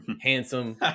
handsome